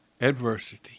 adversity